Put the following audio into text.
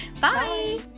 Bye